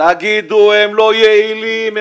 תגידו שהם לא יעילים.